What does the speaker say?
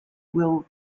will